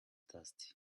thirsty